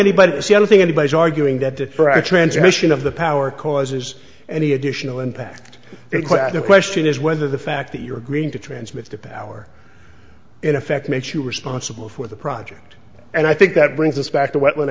anybody see i don't think anybody's arguing that for a transmission of the power causes any additional impact the question is whether the fact that you're agreeing to transmit the power in effect makes you responsible for the project and i think that brings us back to wh